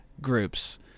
groups